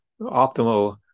optimal